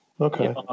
okay